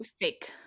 fake –